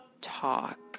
talk